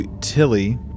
Tilly